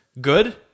good